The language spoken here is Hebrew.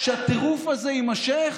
שהטירוף הזה יימשך?